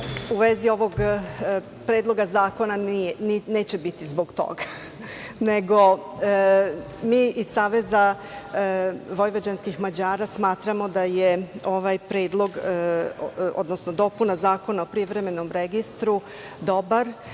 u vezi ovog Predloga zakona neće biti zbog toga. Mi iz Saveza vojvođanskih Mađara smatramo da je ovaj Predlog, odnosno dopuna Zakona o Privremenom registru dobar,